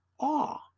awe